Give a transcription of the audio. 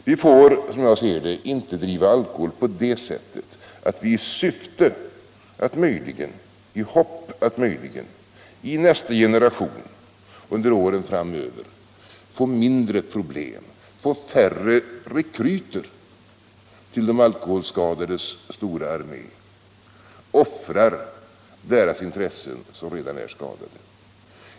Vi får, som jag ser det, inte driva alkoholpolitik på det sättet att vi i syfte och i förhoppning att möjligen i nästa generation få färre rekryter till de alkoholskadades stora armé offrar deras intresse som redan är skadade.